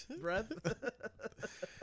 breath